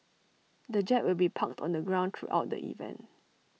the jet will be parked on the ground throughout the event